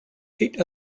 eight